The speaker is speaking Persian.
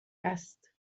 است